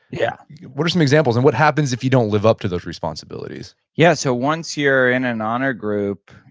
yeah what are some examples and what happens if you don't live up to those responsibilities? yes, so once you're in an honor group,